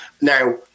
Now